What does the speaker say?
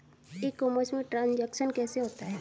ई commerce में transaction कैसे होता है?